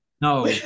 No